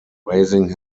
raising